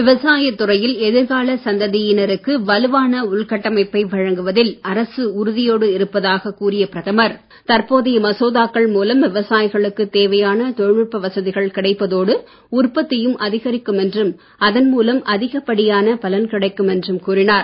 விவசாயத் துறையில் எதிர்கால சந்ததியினருக்கு வலுவான உள்கட்டமைப்பை வழங்குவதில் அரசு உறுதியோடு இருப்பதாக கூறிய பிரதமர் தற்போதைய மசோதாக்கள் மூலம் விவசாயிகளுக்கு தேவையான தொழில்நுட்ப வசதிகள் கிடைப்பதோடு உற்பத்தியும் அதிகரிக்கும் என்றும் அதன் மூலம் அதிகப்படியான பலன்கள் கிடைக்கும் என்றும் கூறினார்